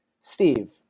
Steve